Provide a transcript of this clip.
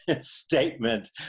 statement